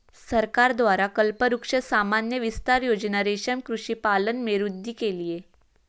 सरकार द्वारा कल्पवृक्ष सामान्य विस्तार योजना रेशम कृषि पालन में वृद्धि के लिए